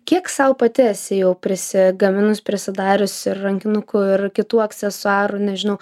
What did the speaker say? kiek sau pati esi jau prisigaminus prisidariusi rankinukų ir kitų aksesuarų nežinau